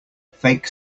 fake